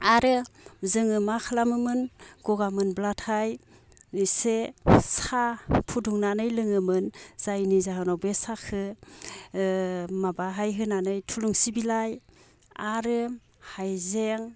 आरो जोङो मा खालामोमोन गगा मोनब्लाथाय इसे साहा फुदुंनानै लोङोमोन जायनि जाहोनाव बे साहाखो ओ माबाहाय होनानै थुलुंसि बिलाइ आरो हायजें